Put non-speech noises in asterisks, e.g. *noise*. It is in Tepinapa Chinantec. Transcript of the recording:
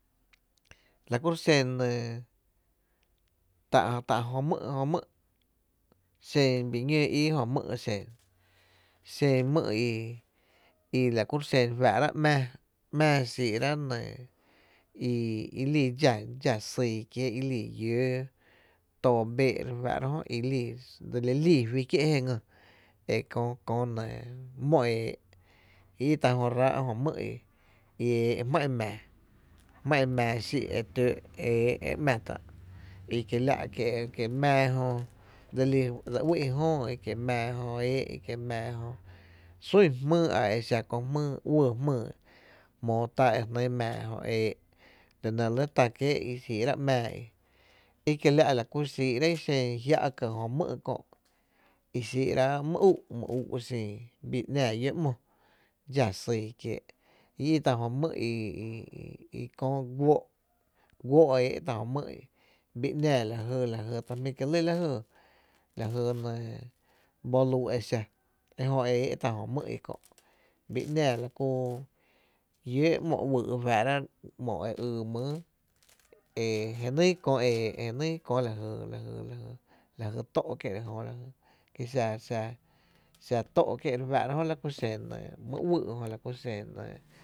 La kuro’ xen tá jö mý’ *hesitation* jö mý’, xen bii ñóó ii jö mý’ xen, la kuro’ i xíí’rá’ ‘mⱥⱥ, mⱥⱥ xin nɇɇ i lii nɇɇs ýý kiéé’ li llóó too béé’ re fá’ra jöi lii dseli lii fí kié’ je ngý e kö *hesitation* kö mó e éé’ i i tá’ jö ráá’ jö mý’ i i éé’ jmá’n mⱥⱥ jmá’n mⱥⱥ xíi’ e tǿǿ’ e ‘má tá’ i kiela’ kie’ mⱥⱥ jö dse lí dse uï’ jöö, ekie’ mⱥⱥ jö eé´’ e kie’ mⱥⱥ jö sún jmýý exa köö jmýý, uɇɇ jmýý jní tá’ mⱥⱥ Jö e éé’ la nɇ re lɇ tá kiéé’ i xíí’rá’ ‘mⱥⱥ i, ekiela’ lakú i xii´ráá’ i xen jia’ ka jö mý’ kö’ i xii´r’a’a my ú’ xin, i i tá’ jö mý’ i *hesitation* i i kö guoo’ guóó’ éé’ tá’ jö mý’ i bi ‘náá la jy lajy, ta jmí’ kié’ lɇ la jy la jy enɇɇ boluu’ e xa, ejö e éé’ tá’ jö mý’ i kö’ bii ‘naá la kulló’ ‘mo uý’ ‘mo e yy mýyý e jnyy kö e ´´eé’ jenyy kö lajy tó’ kie’, ki x *hesitation* xa tó’ kie’ re fáá’ra la ku xen mý uý’ jö, la ku xen nɇ.